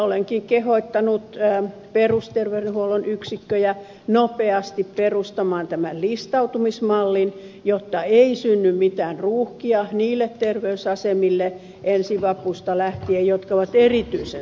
olenkin kehottanut perusterveydenhuollon yksikköjä nopeasti perustamaan tämän listautumismallin jotta ei synny mitään ruuhkia niille terveysasemille ensi vapusta lähtien jotka ovat erityisen suosittuja